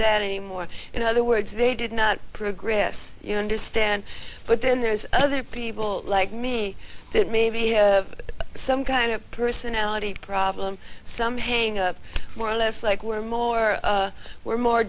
that anymore in other words they did not progress you know understand but then there's other people like me that maybe have some kind of personality problem some hang up more or less like we're more we're more